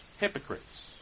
hypocrites